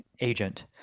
agent